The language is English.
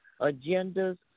agendas